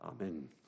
Amen